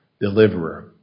Deliverer